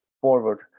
forward